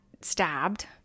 stabbed